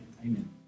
Amen